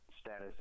status